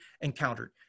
encountered